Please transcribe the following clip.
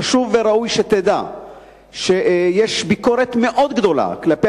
חשוב וראוי שתדע שיש ביקורת מאוד גדולה כלפי